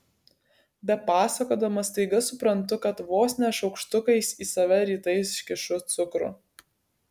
bepasakodama staiga suprantu kad vos ne šaukštukais į save rytais kišu cukrų